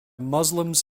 muslims